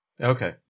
Okay